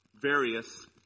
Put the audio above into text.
various